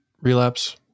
relapse